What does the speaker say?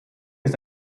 ist